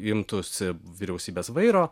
imtųsi vyriausybės vairo